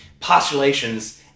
postulations